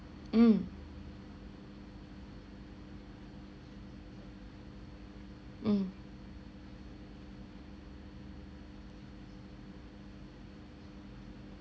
mm mm